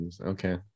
Okay